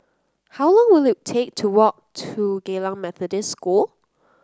how long will it take to walk to Geylang Methodist School